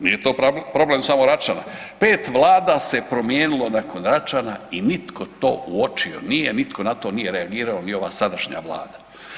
Nije to problem samo Račana, pet vlada se promijenilo nakon Račana i nitko to uočio nije, nitko na to nije reagirao ni ova sadašnja Vlada.